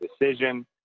decision